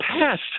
past